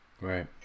Right